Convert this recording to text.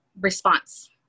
response